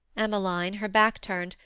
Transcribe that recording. emmeline, her back turned,